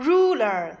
Ruler